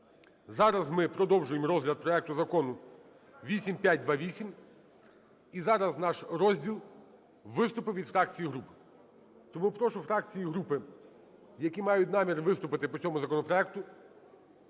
зараз ми продовжимо розгляд проекту Закону 8528. І зараз наш розділ – виступи від фракцій і груп. Тому прошу фракції і групи, які мають намір виступити по цьому законопроекту,